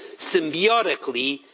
symbiotically,